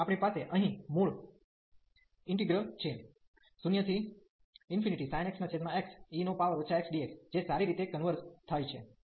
તેથી આપણી પાસે અહીં મૂળ ઇન્ટિગ્રલ છે 0sin x xe x dx જે સારી રીતે કન્વર્ઝ થાય છે